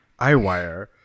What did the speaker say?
iWire